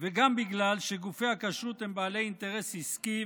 וגם בגלל שגופי הכשרות הם בעלי אינטרס עסקי,